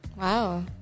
Wow